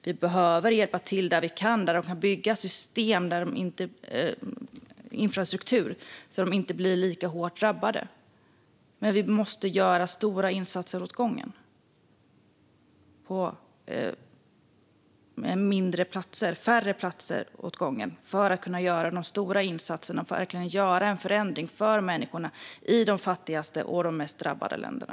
Vi behöver hjälpa till där vi kan, där man kan bygga infrastruktur, så att folk inte blir lika hårt drabbade. Vi måste prioritera att göra några stora insatser åt gången, på färre platser. På det sättet kan vi göra de stora insatserna som verkligen innebär en förändring för människorna i de fattigaste och mest drabbade länderna.